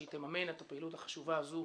שהיא תממן את הפעילות החשובה הזו,